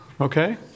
Okay